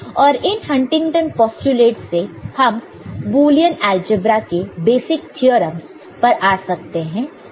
और इन Huntington postulate से हम बुलियन अलजेब्रा के बेसिक थ्योरमस पर आ सकते हैं